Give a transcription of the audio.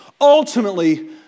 ultimately